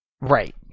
Right